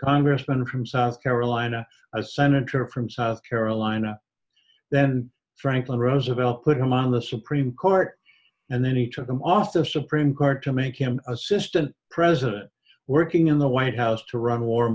congressman from south carolina a senator from south carolina then franklin roosevelt put him on the supreme court and then he took them off the supreme court to make him assistant president working in the white house to run a war